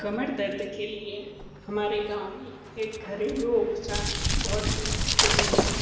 कमर दर्द के लिए हमारे गाँव में एक घरेलू उपचार बहुत ही प्रसिद्ध है